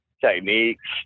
techniques